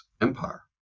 empire